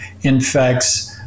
infects